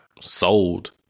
sold